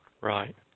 Right